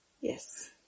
Yes